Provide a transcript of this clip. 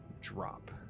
Drop